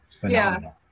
phenomenal